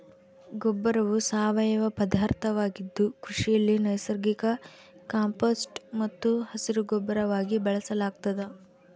ಗೊಬ್ಬರವು ಸಾವಯವ ಪದಾರ್ಥವಾಗಿದ್ದು ಕೃಷಿಯಲ್ಲಿ ನೈಸರ್ಗಿಕ ಕಾಂಪೋಸ್ಟ್ ಮತ್ತು ಹಸಿರುಗೊಬ್ಬರವಾಗಿ ಬಳಸಲಾಗ್ತದ